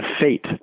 fate